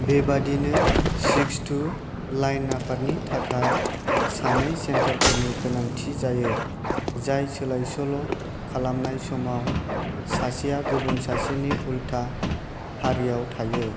बेबायदिनो सिक्स थु लाइन आफादनि थाखाय सानै सेन्टारफोरनि गोनांथि जायो जाय सोलायसोल' खालामनाय समाव सासेया गुबुन सासेनि उल्था फारियाव थायो